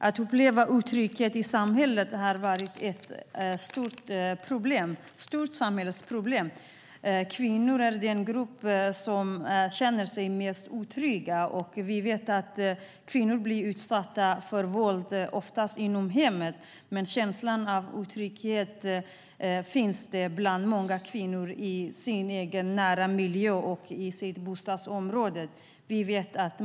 Att uppleva otrygghet i samhället har blivit ett stort samhällsproblem. Kvinnor är den grupp som känner sig mest otrygga. Vi vet att kvinnor oftast blir utsatta för våld i hemmet, men känslan av otrygghet finns för många kvinnor i den nära miljön och i bostadsområdet.